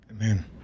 Amen